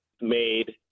made